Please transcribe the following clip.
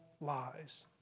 lies